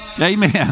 Amen